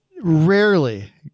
rarely